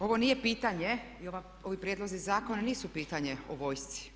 Ovo nije pitanje i ovi prijedlozi zakona nisu pitanje o vojsci.